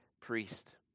priest